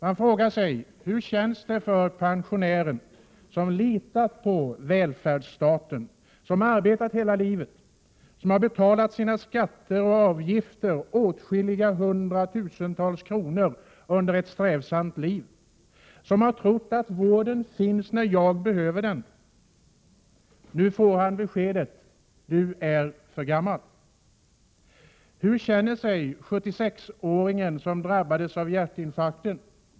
Man frågar sig: Hur känns det för pensionärer som litar till välfärdsstaten? De har under ett strävsamt liv arbetat, betalat sina skatter och avgifter, hundratusentals kronor. De har trott att vård finns när de behöver den. Nu får man besked. De är för gamla. Hur känner sig 76-åringen som drabbats av hjärtinfarkt?